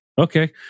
Okay